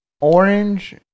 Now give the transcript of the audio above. orange